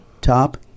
top